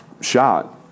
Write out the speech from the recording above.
shot